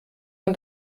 man